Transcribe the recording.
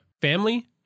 family